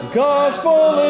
gospel